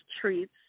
treats